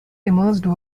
emerged